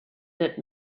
that